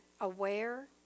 aware